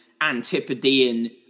Antipodean